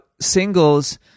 singles